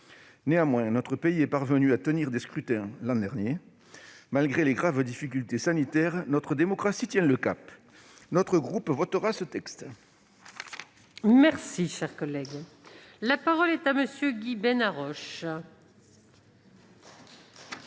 Néanmoins, notre pays est parvenu à tenir des scrutins l'an dernier. Malgré les graves difficultés sanitaires, notre démocratie tient le cap. Notre groupe votera donc ce texte. La parole est à M. Guy Benarroche.